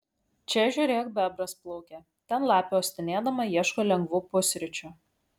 čia žiūrėk bebras plaukia ten lapė uostinėdama ieško lengvų pusryčių